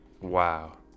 Wow